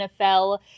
NFL